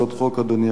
אדוני השר,